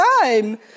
time